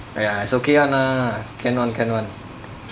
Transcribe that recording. !aiya! it's okay [one] lah can [one] can [one]